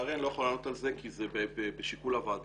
לצערי אני לא יכול לענות על זה כי זה בשיקול הוועדה,